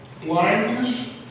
blindness